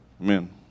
Amen